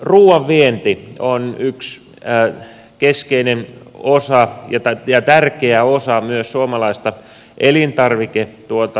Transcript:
ruuan vienti on yksi keskeinen osa ja tärkeä osa myös suomalaista elintarviketuotantoa